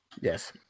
Yes